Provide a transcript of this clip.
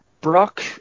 Brock